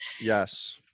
Yes